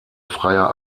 freier